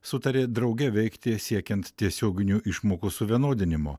sutarė drauge veikti siekiant tiesioginių išmokų suvienodinimo